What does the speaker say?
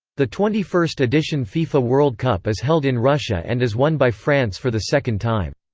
the twenty first edition fifa world cup is held in russia and is won by france for the second time.